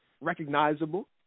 recognizable